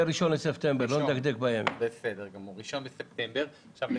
נקבע את 1 בספטמבר, לא נדקדק בימים.